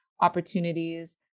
opportunities